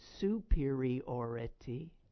superiority